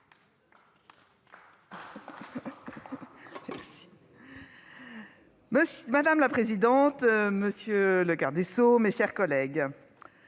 Madame la présidente, monsieur le garde des sceaux, mes chers collègues,